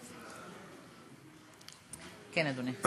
כן, אדוני.